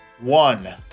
one